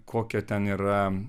kokie ten yra